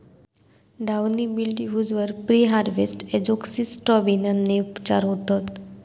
downy mildews वर preharvest एजोक्सिस्ट्रोबिनने उपचार होतत